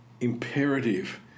imperative